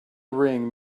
ring